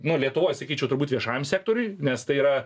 nu lietuvoj sakyčiau turbūt viešajam sektoriui nes tai yra